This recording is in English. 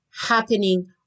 happening